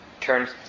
turns